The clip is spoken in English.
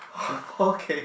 okay